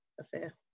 affair